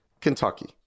Kentucky